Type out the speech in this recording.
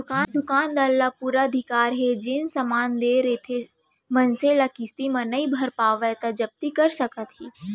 दुकानदार ल पुरा अधिकार हे जेन समान देय रहिथे मनसे ल किस्ती म नइ भर पावय त जब्ती कर सकत हे